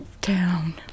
down